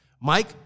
Mike